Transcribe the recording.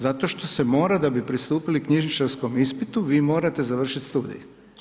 Zato što se mora da bi pristupili knjižničarskom ispitu vi morate završiti studij.